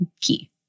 key